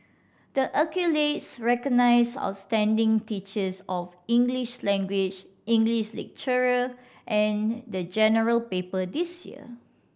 the accolades recognise outstanding teachers of English language English literature and the General Paper this year